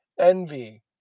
Envy